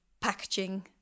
packaging